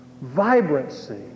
vibrancy